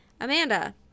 Amanda